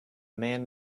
man